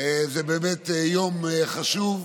זה באמת יום חשוב,